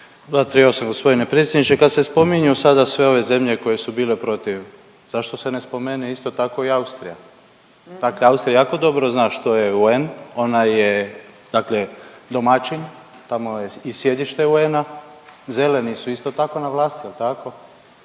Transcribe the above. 238., g. predsjedniče, kad se spominju sada sve ove zemlje koje su bile protiv, zašto se ne spomene isto tako i Austrija, dakle Austrija jako dobro zna što je UN, ona je dakle domaćin, tamo je i sjedište UN-a, Zeleni su isto tako na vlasti jel tako